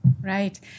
Right